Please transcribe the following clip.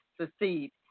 succeed